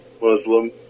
Muslim